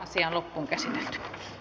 asian käsittely päättyi